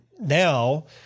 now